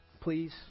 please